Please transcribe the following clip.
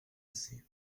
assez